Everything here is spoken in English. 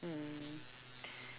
mm